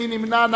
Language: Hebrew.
מי נמנע?